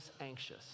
anxious